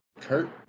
Kurt